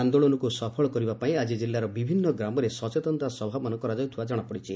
ଆନ୍ଦୋଳନକୁ ସଫଳ କରିବା ପାଇଁ ଆକି ଜିଲ୍ଲାର ବିଭିନ୍ନ ଗ୍ରାମରେ ସଚେତନତା ସଭାମାନ କରାଯାଇଥିବା ଜଣାପଡ଼ିଛି